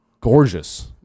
Gorgeous